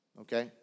okay